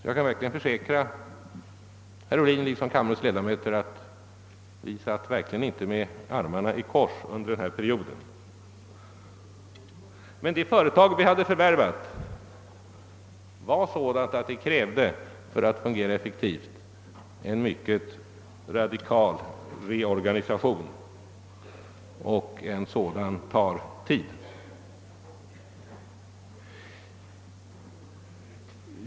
Jag kan försäkra herr Ohlin liksom kammarens övriga ledamöter att vi inte satt med armarna i kors under denna period. Men det företag vi hade förvärvat var sådant att det för att fungera effektivt krävde en mycket radikal reorganisation, och en sådan tar tid.